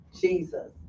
Jesus